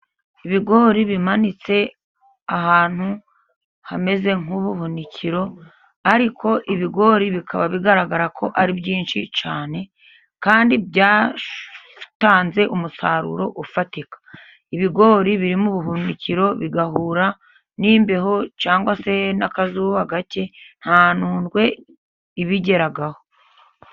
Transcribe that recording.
Ibigori bimanitse ahantu hameze nk'ubuhunikiro, ariko ibigori bikaba bigaragara ko ari byinshi cyane kandi byatanze umusaruro ufatika, ibigori biri m'ubuhunikiro bigahura n'imbeho cyangwa se n'akazuba gake nta nundwe ibigeraho.